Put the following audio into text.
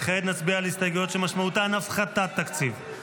וכעת נצביע על הסתייגויות שמשמעותן הפחתת תקציב.